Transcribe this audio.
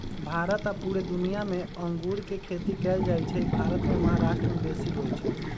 भारत आऽ पुरे दुनियाँ मे अङगुर के खेती कएल जाइ छइ भारत मे महाराष्ट्र में बेशी होई छै